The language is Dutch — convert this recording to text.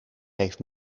heeft